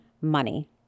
money